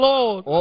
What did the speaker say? Lord